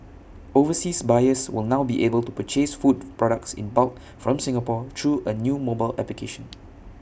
overseas buyers will now be able to purchase food products in bulk from Singapore through A new mobile application